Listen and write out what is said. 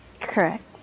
Correct